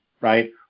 Right